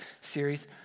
series